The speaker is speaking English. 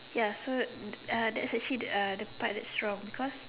ya so uh that's actually the uh the part that's wrong because